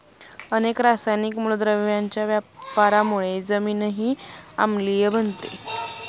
अनेक रासायनिक मूलद्रव्यांच्या वापरामुळे जमीनही आम्लीय बनते